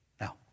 Now